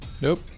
Nope